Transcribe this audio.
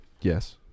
Yes